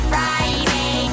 Friday